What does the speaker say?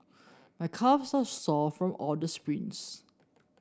my calves are sore from all the sprints